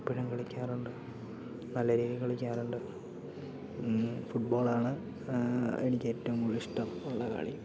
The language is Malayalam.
ഇപ്പഴും കളിക്കാറുണ്ട് നല്ല രീതിയിൽ കളിക്കാറുണ്ട് ഫുട്ബോളാണ് എനിക്കേറ്റവും കൂടുതലിഷ്ടം ഉള്ള കളി